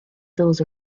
those